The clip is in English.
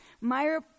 Meyer